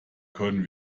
konnten